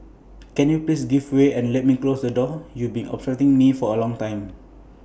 can you please give way and let me close the door you've been obstructing me for A long time